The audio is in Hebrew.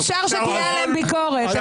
אפשר שתהיה עליהם ביקורת.